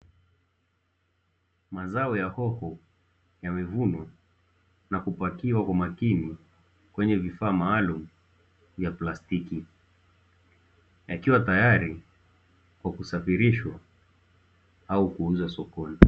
Mazao ya kuku yamevunwa na kupakiwa kwa makini kwenye vifaa maalumu ya plastiki, yakiwa tayari kwa kusafirishwa au kuuza sokoni.